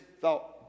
thought